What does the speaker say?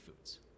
foods